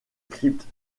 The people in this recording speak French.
crypte